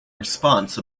response